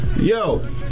Yo